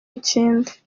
ikindi